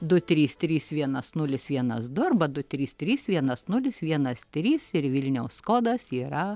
du trys trys vienas nulis vienas du arba du trys trys vienas nulis vienas trys ir vilniaus kodas yra